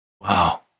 Wow